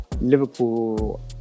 Liverpool